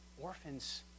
orphans